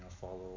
follow